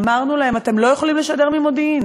אמרנו להם: אתם לא יכולים לשדר ממודיעין.